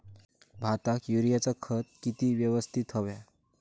भाताक युरियाचा खत किती यवस्तित हव्या?